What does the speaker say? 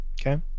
Okay